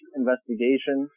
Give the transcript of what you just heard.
investigation